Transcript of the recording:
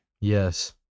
yes